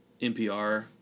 NPR